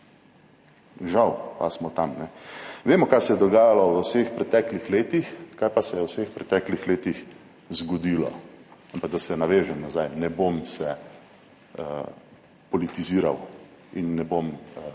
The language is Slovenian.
žal pa smo tam, ne. Vemo, kaj se je dogajalo v vseh preteklih letih, kaj pa se je v vseh preteklih letih zgodilo, ampak da se navežem nazaj, ne bom se politiziral in ne bom